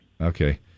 Okay